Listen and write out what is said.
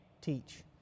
teach